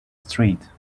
street